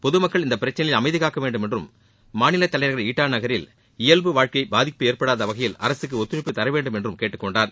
பொதுமக்கள் இப்பிரச்சனையில் அமைதிகாக்க வேண்டும் என்றும் மாநில தலைநகர் இட்டா நகரில் இயல்பு வாழ்க்கைக்கு பாதிப்பு ஏற்படாத வகையில் அரசுக்கு ஒத்துழைப்பு தர வேண்டும் என்றும் கேட்டுக் கொண்டார்